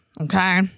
Okay